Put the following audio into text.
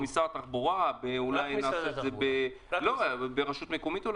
אולי במשרד התחבורה ואולי ברשות מקומית.